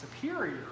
superior